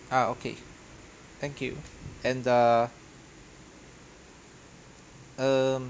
ah okay thank you and err um